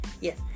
Yes